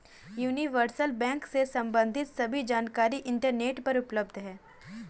universal bank से सम्बंधित सभी जानकारी इंटरनेट पर उपलब्ध है